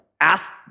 ask